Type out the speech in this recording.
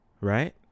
Right